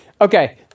Okay